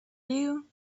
you